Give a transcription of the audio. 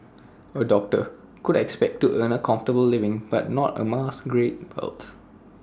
A doctor could expect to earn A comfortable living but not amass great wealth